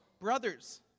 brothers